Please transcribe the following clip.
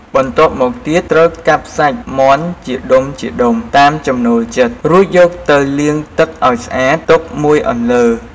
បន្ទាប់មកទៀតត្រូវកាប់សាច់មាន់ជាដុំៗតាមចំណូលចិត្ត រួចយកទៅលាងទឹកឱ្យស្អាតទុកមួយអន្លើ។